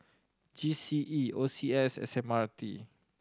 G C E O C S and S M R T